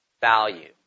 value